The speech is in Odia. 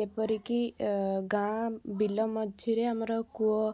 ଯେପରିକି ଆଁ ଗାଁ ବିଲ ମଝିରେ ଆମର କୂଅ